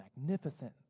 magnificent